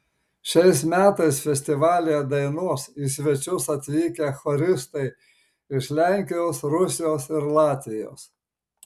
šiais metais festivalyje dainuos į svečius atvykę choristai iš lenkijos rusijos ir latvijos